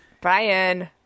Brian